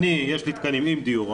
יש לי תקנים עם דיור,